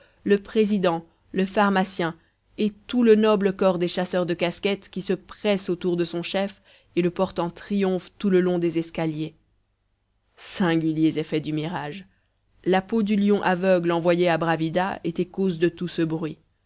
le président le pharmacien et tout le noble corps des chasseurs de casquettes qui se presse autour de son chef et le porte en triomphe tout le long des escaliers page singuliers effets du mirage la peau du lion aveugle envoyée à bravida était cause de tout ce bruit